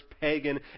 pagan